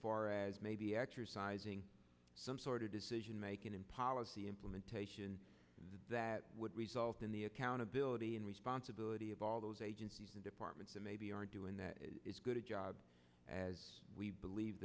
far as maybe exercising some sort of decision making in policy implementation that would result in the accountability and responsibility of all those agencies and departments that maybe are doing that good a job as we